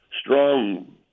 strong